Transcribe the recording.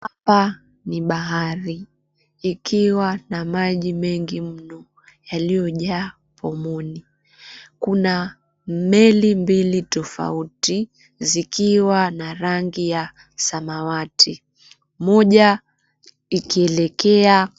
Hapa ni bahari, ikiwa na maji mengi mno yaliyojaa pomuni. Kuna meli mbili tofauti, zikiwa na rangi ya samawati, moja ikielekea…